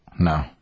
No